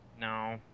No